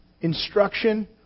instruction